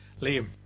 Liam